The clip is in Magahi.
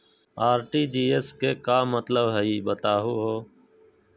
आर.टी.जी.एस के का मतलब हई, बताहु हो?